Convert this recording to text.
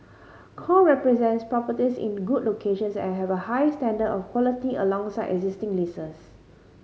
core represents properties in good locations and have a high standard of quality alongside existing leases